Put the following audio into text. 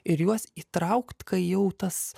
ir juos įtraukt kai jau tas